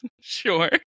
Sure